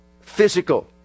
physical